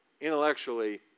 intellectually